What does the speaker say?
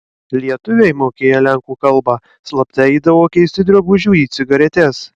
lietuviai mokėję lenkų kalbą slapta eidavo keisti drabužių į cigaretes